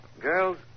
Girls